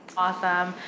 awesome.